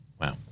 Wow